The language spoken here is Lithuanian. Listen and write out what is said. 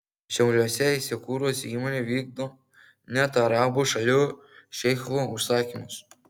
šiauliuose įsikūrusi įmonė vykdo net arabų šalių šeichų užsakymus